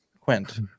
Quint